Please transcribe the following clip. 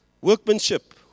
workmanship